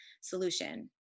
solution